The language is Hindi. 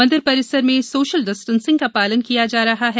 मंदिर परिसर में सोशल डिस्टेनसिंग का पालन किया जा रहा है